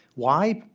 why?